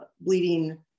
bleeding